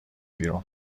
بیاد